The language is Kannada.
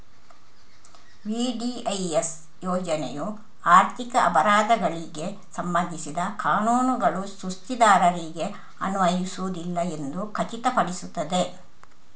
ವಿ.ಡಿ.ಐ.ಎಸ್ ಯೋಜನೆಯು ಆರ್ಥಿಕ ಅಪರಾಧಗಳಿಗೆ ಸಂಬಂಧಿಸಿದ ಕಾನೂನುಗಳು ಸುಸ್ತಿದಾರರಿಗೆ ಅನ್ವಯಿಸುವುದಿಲ್ಲ ಎಂದು ಖಚಿತಪಡಿಸುತ್ತದೆ